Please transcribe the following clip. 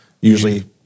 usually